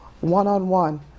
one-on-one